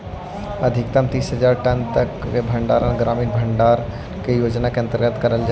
अधिकतम तीस हज़ार टन तक के भंडारण ग्रामीण भंडारण योजना के अंतर्गत करल जा हई